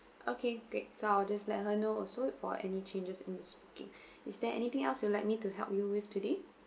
okay great so I'll just let her know also for any changes in this booking is there anything else you'd like me to help you with today